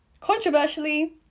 controversially